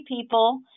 people